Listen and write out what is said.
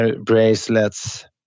bracelets